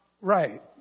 right